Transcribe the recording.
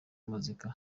muzika